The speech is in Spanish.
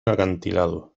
acantilado